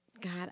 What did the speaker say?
God